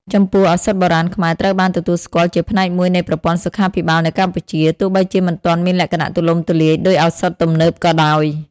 ចំពោះ ឱសថបុរាណខ្មែរត្រូវបានទទួលស្គាល់ជាផ្នែកមួយនៃប្រព័ន្ធសុខាភិបាលនៅកម្ពុជា ទោះបីជាមិនទាន់មានលក្ខណៈទូលំទូលាយដូចឱសថទំនើបក៏ដោយ។